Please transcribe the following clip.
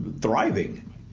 thriving